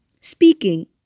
speaking